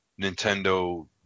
nintendo